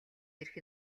ирэх